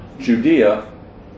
Judea